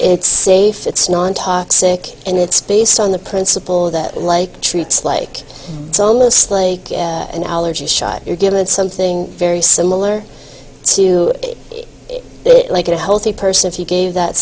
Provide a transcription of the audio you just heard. it's safe it's nontoxic and it's based on the principle that like treats like it's almost like an allergy shot you're given something very similar to eat it like a healthy person if you gave that